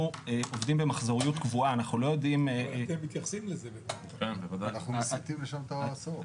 אנחנו עובדים במחזוריות קבועה ולכן שיתוף